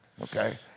Okay